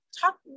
talk